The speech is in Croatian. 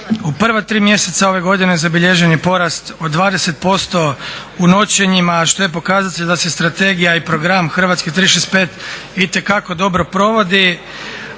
U prva tri mjeseca ove godine zabilježen je porast od 20% u noćenjima što je pokazatelj da se strategija i program Hrvatske 365 itekako dobro provodi,